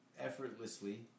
effortlessly